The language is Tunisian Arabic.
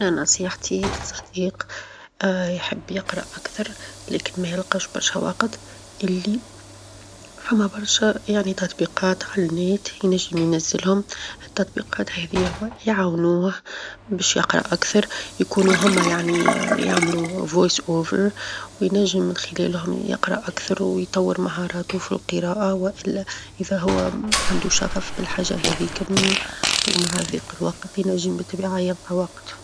أنا نصيحتي لصديق يحب يقرأ أكثر لكن ما يلقاش برشا وقت، اللي فما برشا يعني تطبيقات على النت ينجم ينزلهم، التطبيقات هذي يعاونوه باش يقرأ أكثر، يكونوا هما يعني يعملوا تعليق صوتي، وينجم من خلالهم يقرأ أكثر، ويطور مهاراته في القراءة، والا إذا هو عنده شغف بالحاجة هذيك ومع ظيق الوقت، ينجم بالطبيعة يلقى وقت.